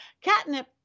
Catnip